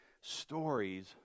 stories